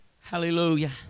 Hallelujah